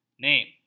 name